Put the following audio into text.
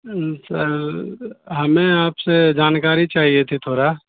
سر ہمیں آپ سے جانکاری چاہیے تھی تھوڑا